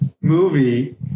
movie